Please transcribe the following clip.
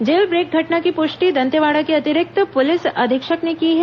jail break घटना की पुष्टि दंतेवाड़ा के अतिरिक्त पुलिस अधीक्षक ने की है